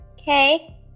Okay